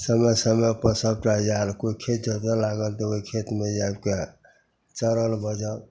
समय समयपर सबटा आएल कोइ खेत जोतै लागल तऽ ओहि खेतमे जाके चरल बझल